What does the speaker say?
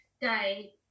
day